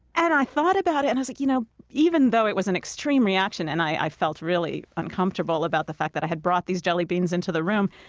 and i thought about it. and like you know even though it was an extreme reaction, and i felt really uncomfortable about the fact that i had brought these jelly beans into the room.